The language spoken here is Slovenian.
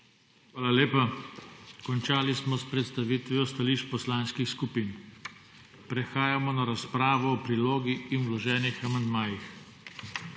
Hvala lepa. Končali smo s predstavitvijo stališč poslanskih skupin. Prehajamo na razpravo o prilogi in vloženih amandmajih.